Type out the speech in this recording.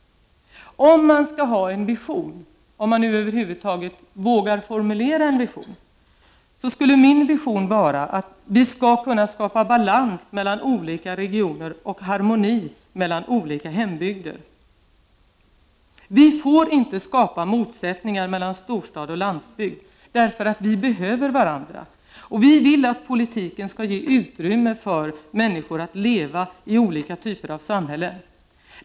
Om man skall ha en vision, om man över huvud taget vågar formulera en vision, skulle min vision vara att vi skall kunna skapa balans mellan olika regioner och harmoni mellan olika hembygder. Eftersom vi behöver varandra får vi inte skapa motsättningar mellan storstad och landsbygd. Vi vill att politiken skall ge utrymme för människor att leva i olika typer av samhällen.